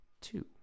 two